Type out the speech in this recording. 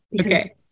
Okay